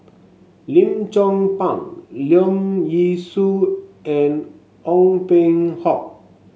Lim Chong Pang Leong Yee Soo and Ong Peng Hock